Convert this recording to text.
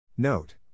Note